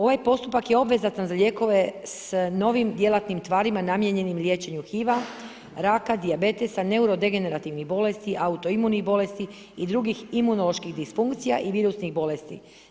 Ovaj postupak je obvezatan za lijekove s novim djelatnim tvarima namijenjenim liječenju HIV-a, raka, dijabetisa, neuro degenerativnih bolesti, auto imunih bolesti i drugih imunoloških disfunkcija i virusnih bolesti.